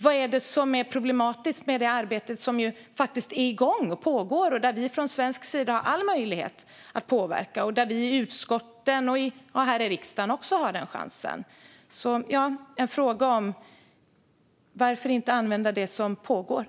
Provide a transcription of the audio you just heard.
Vad är det som är problematiskt med det arbete som är igång, där vi från svensk sida har all möjlighet att påverka? Vi här i riksdagen och i utskotten har också den chansen.